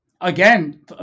Again